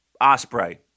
Osprey